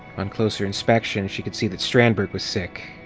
on closer inspection, she could see that strandberg was sick.